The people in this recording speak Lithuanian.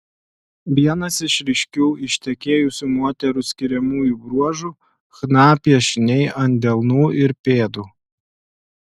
vienas iš ryškių ištekėjusių moterų skiriamųjų bruožų chna piešiniai ant delnų ir pėdų